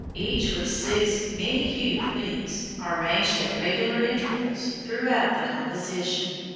each with six many-hued wings are ranged at regular intervals throughout the composition!